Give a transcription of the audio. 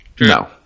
No